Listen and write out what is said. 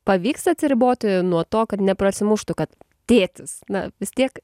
pavyksta atsiriboti nuo to kad neprasimuštų kad tėtis na vis tiek